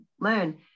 learn